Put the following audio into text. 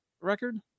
record